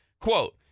quote